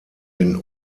den